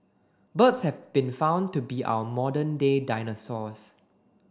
birds have been found to be our modern day dinosaurs